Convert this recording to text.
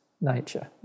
nature